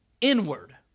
inward